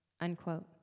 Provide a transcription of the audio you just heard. unquote